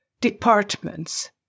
departments